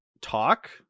talk